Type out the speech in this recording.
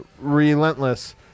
relentless